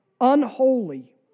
unholy